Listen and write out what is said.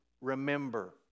remember